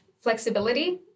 flexibility